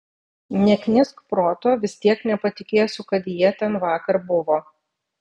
neknisk proto vis tiek nepatikėsiu kad jie ten vakar buvo